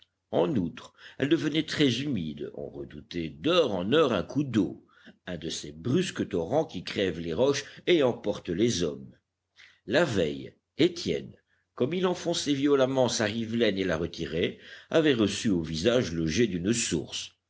en outre elle devenait très humide on redoutait d'heure en heure un coup d'eau un de ces brusques torrents qui crèvent les roches et emportent les hommes la veille étienne comme il enfonçait violemment sa rivelaine et la retirait avait reçu au visage le jet d'une source